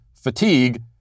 fatigue